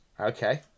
Okay